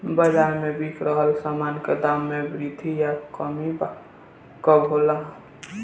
बाज़ार में बिक रहल सामान के दाम में वृद्धि या कमी कब होला?